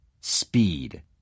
Speed